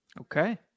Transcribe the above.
Okay